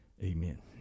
Amen